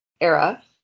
era